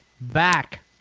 back